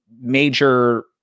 major